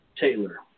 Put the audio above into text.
Taylor